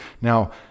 now